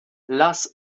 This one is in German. lass